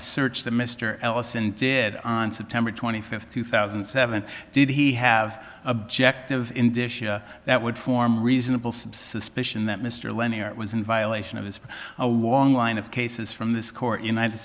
search that mr ellison did on september twenty fifth two thousand and seven did he have objective in disha that would form reasonable some suspicion that mr lennier was in violation of is a long line of cases from this court united